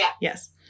Yes